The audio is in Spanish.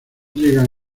llegan